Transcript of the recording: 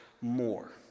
more